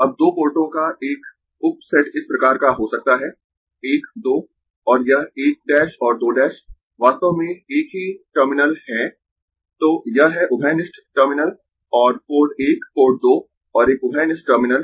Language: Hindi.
अब दो पोर्टों का एक उप सेट इस प्रकार का हो सकता है 1 2 और यह 1 और 2 वास्तव में एक ही टर्मिनल है तो यह है उभयनिष्ठ टर्मिनल और पोर्ट 1 पोर्ट 2 और एक उभयनिष्ठ टर्मिनल